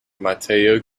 mateo